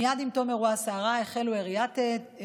מייד עם תום אירוע הסערה החלו עיריית אילת,